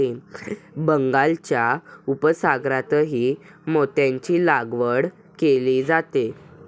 बंगालच्या उपसागरातही मोत्यांची लागवड केली जाते